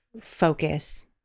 focus